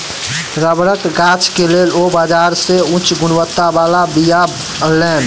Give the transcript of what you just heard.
रबड़क गाछ के लेल ओ बाजार से उच्च गुणवत्ता बला बीया अनलैन